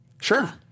Sure